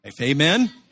Amen